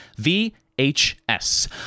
VHS